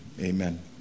Amen